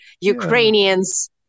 Ukrainians